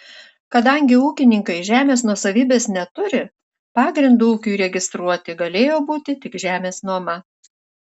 kadangi ūkininkai žemės nuosavybės neturi pagrindu ūkiui registruoti galėjo būti tik žemės nuoma